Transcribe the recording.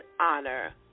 honor